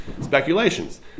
speculations